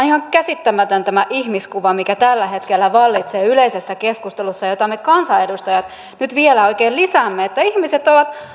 ihan käsittämätön mikä tällä hetkellä vallitsee yleisessä keskustelussa ja jota me kansanedustajat nyt vielä oikein lisäämme että ihmiset ovat